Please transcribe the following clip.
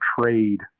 trade